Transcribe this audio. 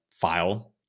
file